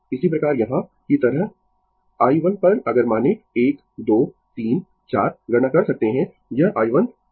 इसी प्रकार यहाँ की तरह i1 पर अगर मानें 1 2 3 4 गणना कर सकते है यह i1 2